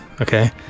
Okay